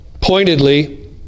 pointedly